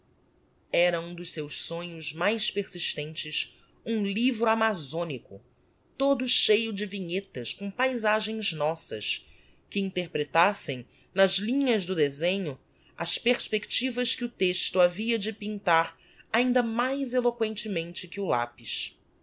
era um dos seus sonhos mais persistentes um livro amazonico todo cheio de vinhetas com paizagens nossas que interpretassem nas linhas do desenho as perspectivas que o texto havia de pintar ainda mais eloquentemente do que o lapis